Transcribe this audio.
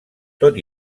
tot